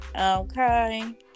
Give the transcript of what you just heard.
Okay